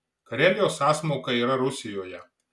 karelijos sąsmauka yra rusijoje